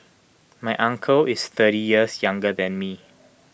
my uncle is thirty years younger than me